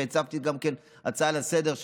והצעתי גם הצעה לסדר-היום,